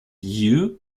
you